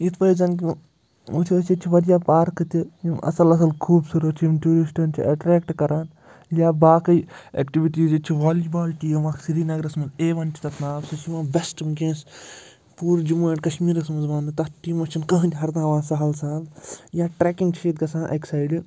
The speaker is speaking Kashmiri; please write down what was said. یِتھ پٲٹھۍ زَن کہِ وۄنۍ وٕچھو أسۍ ییٚتہِ چھِ واریاہ پارکہٕ تہِ یِم اَصٕل اَصٕل خوٗبصوٗرت چھِ یِم ٹیوٗرِسٹَن چھِ اٮ۪ٹرٮ۪کٹ کَران یا باقٕے اٮ۪کٹِوٹیٖز ییٚتہِ چھِ والی بال ٹیٖم اَکھ سرینَگرَس منٛز اے وَن چھِ تَتھ ناو سُہ چھُ یِوان بٮ۪سٹ وٕنۍکٮ۪نَس پوٗرٕ جموں اینٛڈ کَشمیٖرَس منٛز مانٛنہٕ تَتھ ٹیٖمَس چھِنہٕ کٕہۭنۍ ہَرناوان سَہل سَہل یا ٹرٛٮ۪کِنٛگ چھِ ییٚتہِ گژھان اَکہِ سایڈٕ